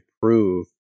prove